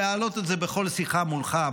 להעלות את זה בכל שיחה מולך.